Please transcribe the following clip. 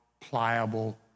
pliable